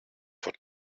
for